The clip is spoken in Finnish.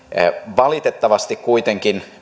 valitettavasti kuitenkin